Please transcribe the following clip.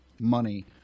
money